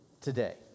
today